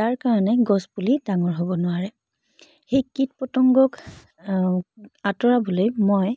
তাৰ কাৰণে গছপুলি ডাঙৰ হ'ব নোৱাৰে সেই কীট পতংগক আঁতৰাবলৈ মই